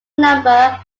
number